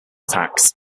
tax